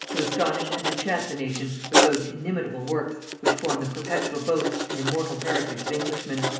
to astonish and enchant the nation with those inimitable works which form the perpetual boast and immortal heritage of englishmen.